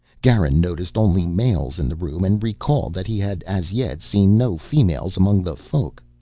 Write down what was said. garin noticed only males in the room and recalled that he had, as yet, seen no females among the folk.